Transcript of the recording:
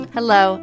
Hello